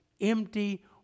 empty